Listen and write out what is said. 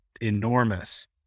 enormous